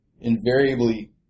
Invariably